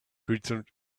transformed